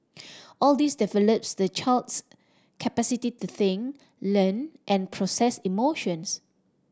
all this develops the child's capacity to think learn and process emotions